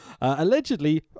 allegedly